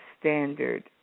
standard